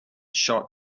shot